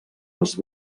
les